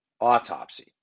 autopsy